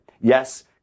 Yes